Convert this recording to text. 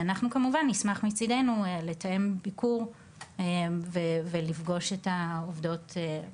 אנחנו כמובן נשמח מצידנו לתאם ביקור ולפגוש את העובדות,